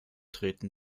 treten